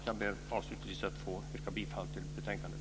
Jag ber avslutningsvis att få yrka bifall till utskottets förslag i betänkandet.